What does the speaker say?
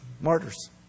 martyrs